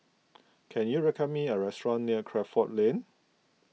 can you recommend me a restaurant near Crawford Lane